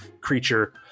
creature